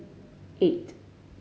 eight